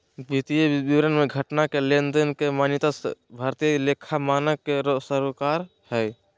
वित्तीय विवरण मे घटना के लेनदेन के मान्यता भारतीय लेखा मानक के सरोकार हय